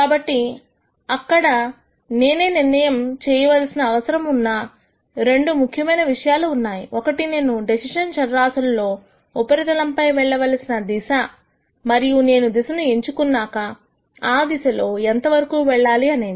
కాబట్టి అక్కడ నేనే నిర్ణయం చేయవలసిన అవసరం ఉన్న రెండు ముఖ్యమైన విషయాలు ఉన్నాయి ఒకటి నేను డెసిషన్ చరరాశులలో ఉపరితలంపై వెళ్ళవలసిన దిశ మరియు నేను దిశల ఎంచుకున్నాక ఆ దిశలో ఎంతవరకూ వెళ్లాలి అనేది